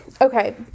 okay